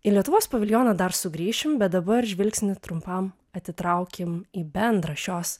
į lietuvos paviljoną dar sugrįšim bet dabar žvilgsnį trumpam atitraukim į bendrą šios